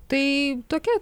tai tokia